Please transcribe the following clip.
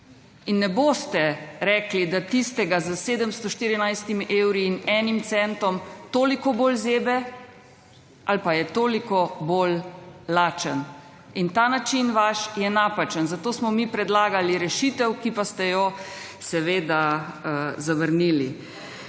In ne boste rekli, da tistega za s 714. evri in enim centom toliko bolj zebe ali pa je toliko bolj lačen. In ta način vaš je napačen, zato smo mi predlagali rešitev, ki pa ste jo seveda zavrnili.